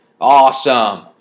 Awesome